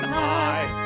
high